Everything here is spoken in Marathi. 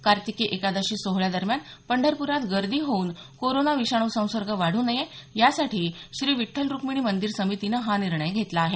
कार्तिकी एकादशी सोहळ्यादरम्यान पंढरप्रात गर्दी होऊन कोरोना विषाणू संसर्ग वाढू नये यासाठी श्री विठ्ठल रुक्मिणी मंदिर समितीनं हा निर्णय घेतला आहे